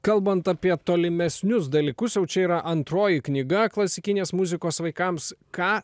kalbant apie tolimesnius dalykus jau čia yra antroji knyga klasikinės muzikos vaikams ką